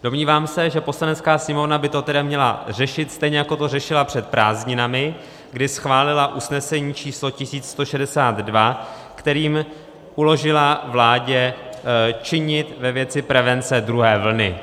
Domnívám se, že Poslanecká sněmovna by to měla řešit stejně, jako to řešila před prázdninami, kdy schválila usnesení číslo 1162, kterým uložila vládě činit ve věci prevence druhé vlny.